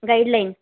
guide line